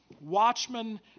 watchmen